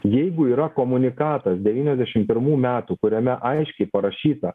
jeigu yra komunikatas devyniasdešimt pirmų metų kuriame aiškiai parašyta